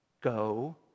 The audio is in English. Go